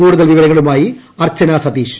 കൂടുതൽ വിവരങ്ങളുമായി അർച്ചനാ സതീഷ്